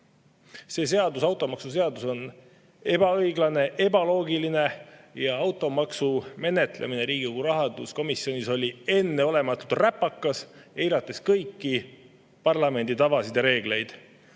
See seadus, automaksuseadus, on ebaõiglane ja ebaloogiline. Automaksu menetlemine Riigikogu rahanduskomisjonis oli enneolematult räpakas, eirati kõiki parlamendi tavasid ja reegleid.